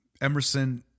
Emerson